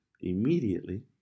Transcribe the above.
immediately